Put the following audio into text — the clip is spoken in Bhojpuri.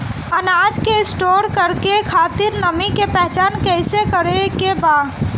अनाज के स्टोर करके खातिर नमी के पहचान कैसे करेके बा?